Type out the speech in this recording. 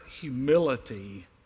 humility